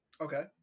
Okay